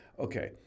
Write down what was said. Okay